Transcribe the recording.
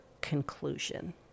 conclusion